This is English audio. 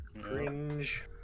Cringe